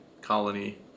colony